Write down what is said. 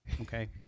okay